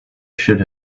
should